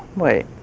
wait.